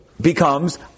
Becomes